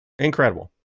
Incredible